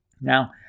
Now